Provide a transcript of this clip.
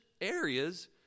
areas